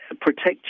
protect